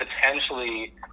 potentially